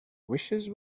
wishes